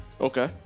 okay